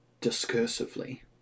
discursively